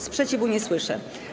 Sprzeciwu nie słyszę.